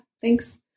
thanks